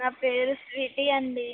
నా పేరు స్వీటీ అండి